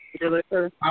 deliver